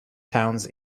towns